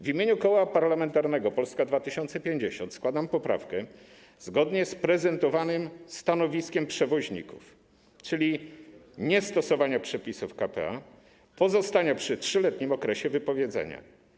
W imieniu Koła Parlamentarnego Polska 2050 składam poprawkę zgodnie z prezentowanym stanowiskiem przewoźników, czyli zmierzającą do niestosowania przepisów k.p.a., pozostania przy 3-letnim okresie wypowiedzenia.